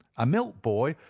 a milk boy,